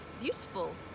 beautiful